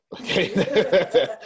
okay